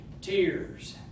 tears